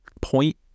point